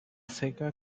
seca